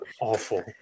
awful